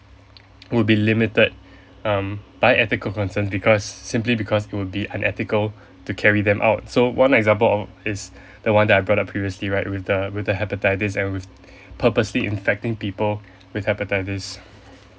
would be limited um by ethical concerns because simply because it would be unethical to carry them out so one example of is the one that I brought up previously right with the with the hepatitis and with purposely infecting people with hepatitis